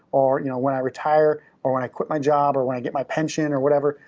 or you know when i retire, or when i quit my job, or, when i get my pension, or whatever,